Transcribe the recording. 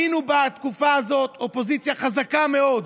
היינו בתקופה הזאת אופוזיציה חזקה מאוד.